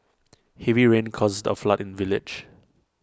heavy rains caused A flood in the village